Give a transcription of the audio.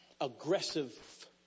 aggressive